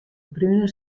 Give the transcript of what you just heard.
brune